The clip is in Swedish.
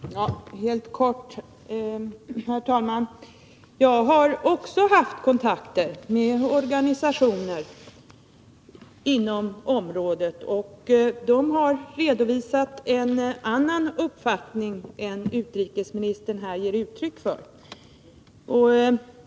Herr talman! Helt kort: Jag har också haft kontakter med organisationer på området, och de har redovisat en annan uppfattning än utrikesministern här ger uttryck för.